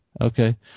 okay